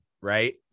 right